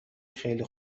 خیلی